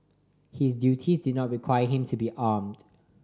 his duties did not require him to be armed